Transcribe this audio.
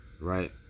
Right